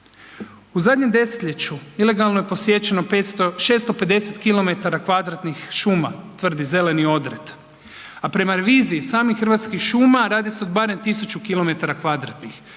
U zadnjem desetljeću ilegalno je posječeno 500, 650 kilometara kvadratnih šuma tvrdi Zeleni odred, a prema reviziji samih Hrvatskih šuma radi se o barem tisuću